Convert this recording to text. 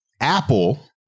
Apple